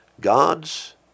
God's